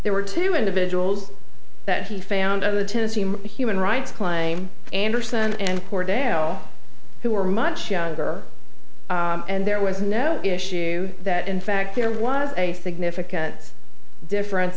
there were two individuals that he found either to see him a human rights claim anderson and poor dale who were much younger and there was no issue that in fact there was a significant difference